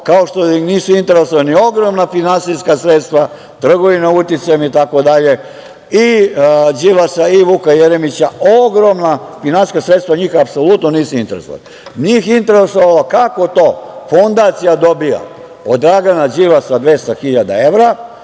kao što je nisu interesovala ni ogromna finansijska sredstva, trgovina uticajem, itd, i Đilasa i Vuka Jeremića, ogromna finansijska sredstva, njih apsolutno nisu interesovala. Nije ih interesovalo kako to fondacija dobija od Dragana Đilasa 200 hiljada evra,